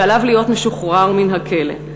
ועליו להיות משוחרר מן הכלא.